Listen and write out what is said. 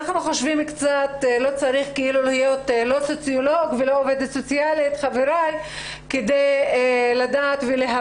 לא צריך להיות סוציולוג או עובדת סוציאלית כדי להבין